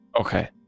Okay